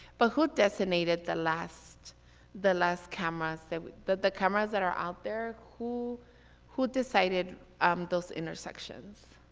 but who designated the last the last cameras that that the cameras that are out there, who who decided um those intersections?